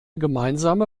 gemeinsame